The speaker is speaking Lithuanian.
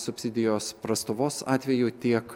subsidijos prastovos atveju tiek